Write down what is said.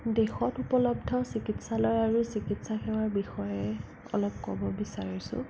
দেশত উপলব্ধ চিকিৎসালয় আৰু চিকিৎসা সেৱাৰ বিষয়ে অলপ ক'ব বিচাৰিছোঁ